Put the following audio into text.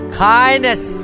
kindness